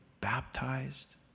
baptized